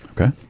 okay